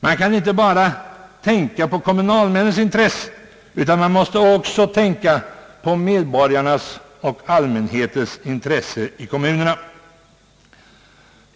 Man får inte bara tänka på kommunalmännens intressen utan måste också tänka på medborgarnas och allmänhetens intresse i kommunerna.